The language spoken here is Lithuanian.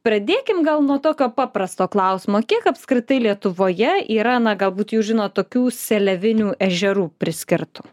pradėkim gal nuo tokio paprasto klausimo kiek apskritai lietuvoje yra na galbūt jūs žinot tokių seliavinių ežerų priskirtu